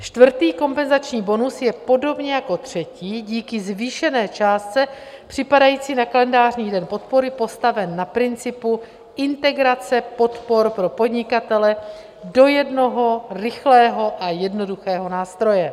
Čtvrtý kompenzační bonus je podobně jako třetí díky zvýšené částce připadající na kalendářní den podpory postaven na principu integrace podpor pro podnikatele do jednoho rychlého a jednoduchého nástroje.